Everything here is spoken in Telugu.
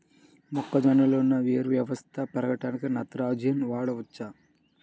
మొక్కలో ఉన్న వేరు వ్యవస్థ పెరగడానికి నత్రజని వాడవచ్చా?